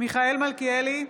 מיכאל מלכיאלי,